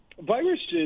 Viruses